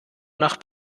nach